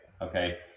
Okay